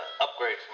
upgrade